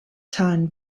tan